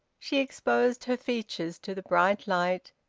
she exposed her features to the bright light,